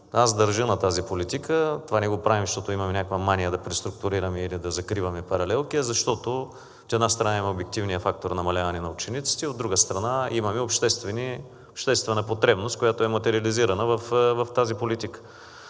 Аз държа на тази политика. Това не го правим, защото имаме някаква мания да преструктурираме или да закриваме паралелки, а защото, от една страна, имаме обективния фактор намаляване на учениците, от друга страна, имаме обществена потребност, която е материализирана в тази политика.